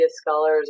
scholars